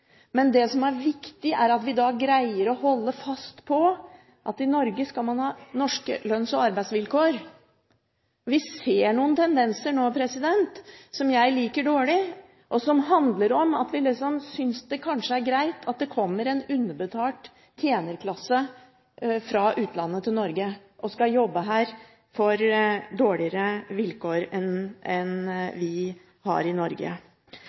men det som er viktig, er at vi greier å holde fast på at man i Norge skal ha norske lønns- og arbeidsvilkår. Vi ser noen tendenser nå som jeg liker dårlig, og som handler om at vi synes det kanskje er greit at det kommer en underbetalt tjenerklasse fra utlandet til Norge, som skal jobbe her på dårligere vilkår enn vi har i Norge.